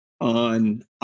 On